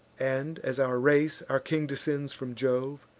and, as our race, our king descends from jove